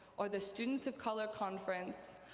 or the students of color conference,